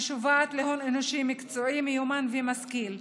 המשוועת להון אנושי מקצועי, מיומן ומשכיל.